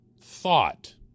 thought